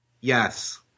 Yes